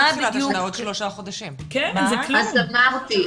אז אמרתי,